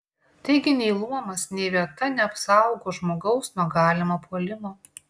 taigi nei luomas nei vieta neapsaugo žmogaus nuo galimo puolimo